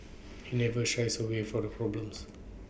he never shies away for the problems